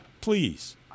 please